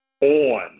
on